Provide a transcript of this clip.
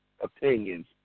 opinions